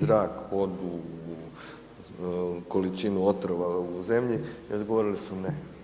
zrak, vodu, količinu otrova u zemlji i odgovorili su ne.